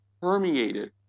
permeated